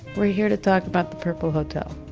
we're here to talk about the purple hotel.